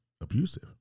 abusive